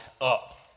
up